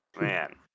Man